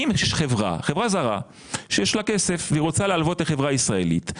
אם חברה זרה שיש שלה כסף והיא רוצה להלוות לחברה ישראלית,